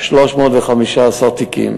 315 תיקים.